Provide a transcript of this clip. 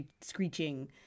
screeching